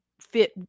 fit